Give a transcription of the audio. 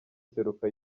seruka